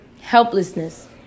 helplessness